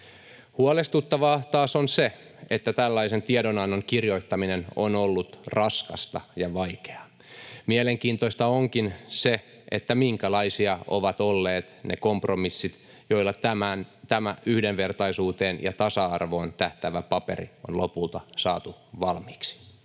Huolestuttavaa taas on se, että tällaisen tiedonannon kirjoittaminen on ollut raskasta ja vaikeaa. Mielenkiintoista onkin se, minkälaisia ovat olleet ne kompromissit, joilla tämä yhdenvertaisuuteen ja tasa-arvoon tähtäävä paperi on lopulta saatu valmiiksi.